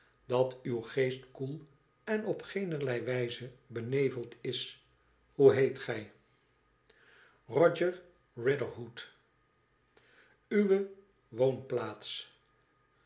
dat uw geest koel en op geenerlei wijze beneveld is hoe heet gij roger riderhood f uwe woonplaats